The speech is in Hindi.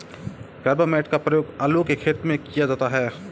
कार्बामेट का प्रयोग आलू के खेत में किया जाता है